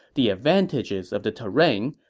the advantages of the terrain,